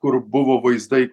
kur buvo vaizdai